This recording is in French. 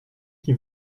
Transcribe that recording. qui